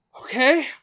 okay